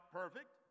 perfect